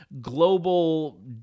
global